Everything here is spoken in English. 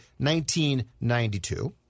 1992